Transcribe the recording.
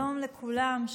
שלום לכולם,